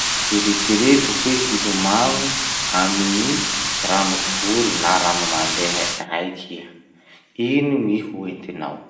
Eritsereto hoe hilomagno amy gny ranovory na rano mandeha raiky iha. Ino gny hoentinao?